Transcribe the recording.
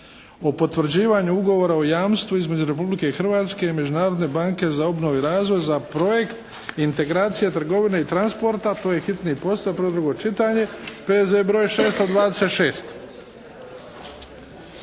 o potvrđivanju Ugovora o jamstvu između Republike Hrvatske i Međunarodne banke za obnovu i razvoj za projekt «Integracije trgovine i transporta». To je hitni postupak, prvo i drugo čitanje, P.Z.E. broj 626.